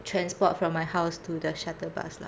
transport from my house to the shuttle bus lah